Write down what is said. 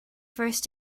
first